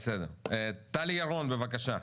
טלי ירון, בבקשה,